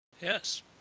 Yes